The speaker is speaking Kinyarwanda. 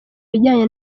bijyanye